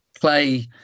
play